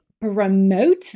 promote